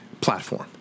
platform